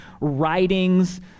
writings